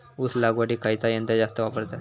ऊस लावडीक खयचा यंत्र जास्त वापरतत?